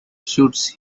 shoots